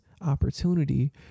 opportunity